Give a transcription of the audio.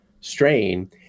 strain